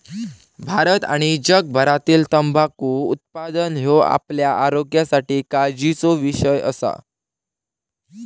भारत आणि जगभरातील तंबाखू उत्पादन ह्यो आपल्या आरोग्यासाठी काळजीचो विषय असा